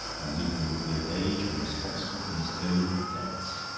and lupin would be of age and responsible for his own debts.